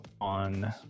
on